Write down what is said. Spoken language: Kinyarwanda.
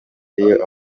iyo